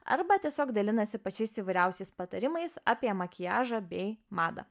arba tiesiog dalinasi pačiais įvairiausiais patarimais apie makiažą bei madą